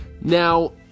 Now